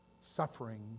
suffering